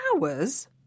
hours